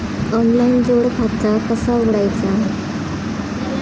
Online जोड खाता कसा उघडायचा?